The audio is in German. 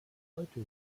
heute